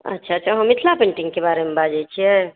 अच्छा तऽ आहाँ मिथिला पेन्टिङ्गकेँ बारेमे बाजैत छियै